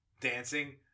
dancing